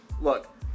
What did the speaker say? look